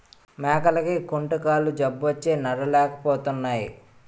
మేకలకి కుంటుకాలు జబ్బొచ్చి నడలేపోతున్నాయి